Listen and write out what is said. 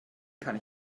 kann